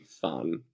fun